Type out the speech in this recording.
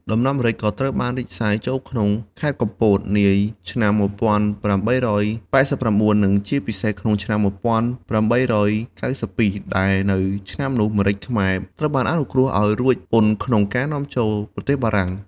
ដំណាំម្រេចក៏បានរីកសាយ ចូលក្នុងខេត្តកំពត នាឆ្នាំ១៨៨៩ និងជាពិសេសក្នុងឆ្នាំ១៨៩២ ដែលនៅឆ្នាំនោះ ម្រេចខ្មែរ ត្រូវបានអនុគ្រោះឱ្យរួចពន្ធក្នុងការនាំចូលប្រទេសបារាំង។